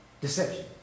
Deception